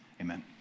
Amen